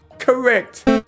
Correct